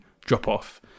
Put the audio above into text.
drop-off